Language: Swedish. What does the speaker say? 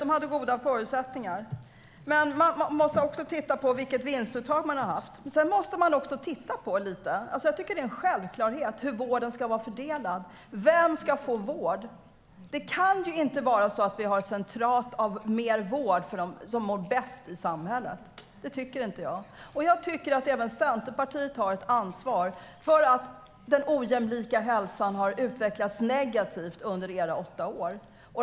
De hade goda förutsättningar. Men man måste även titta på hur vinstuttaget har sett ut. Man måste också titta lite på hur vården ska vara fördelad. Jag tycker att det är en självklarhet. Vem ska få vård? Det kan ju inte vara så att vi har en koncentration av vård för dem som mår bäst i samhället. Det tycker inte jag. Jag tycker att även Centerpartiet har ett ansvar för att den ojämlika hälsan har utvecklats negativt under era åtta år.